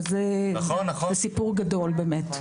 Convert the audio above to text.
וזה סיפור גדול באמת.